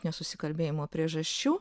nesusikalbėjimo priežasčių